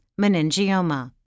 meningioma